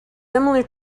similar